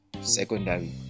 secondary